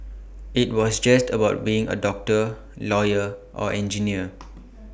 IT was just about being A doctor lawyer or engineer